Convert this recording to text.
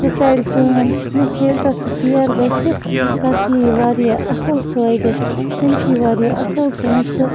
سُہ کَرِ کٲم یُس ییٚلہِ تَتھ سُہ کِیَر گَژھِ تَتھ یِیہِ واریاہ اَصٕل فٲیدٕ تٔمِس یی واریاہ اَصٕل پونٛسہٕ